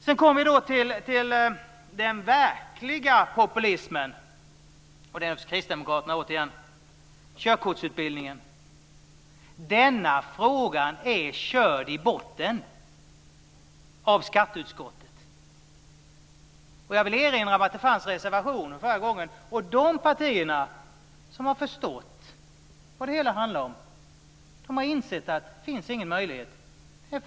Sedan kommer vi till den verkliga populismen. Det gäller återigen kristdemokraterna. Nu handlar det om körkortsutbildningen. Den frågan har skatteutskottet gått till botten med. Jag vill erinra om att det fanns reservationsskrivningar förra gången. De partier som har förstått vad det hela handlar om har insett att det inte finns några möjligheter här.